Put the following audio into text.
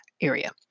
area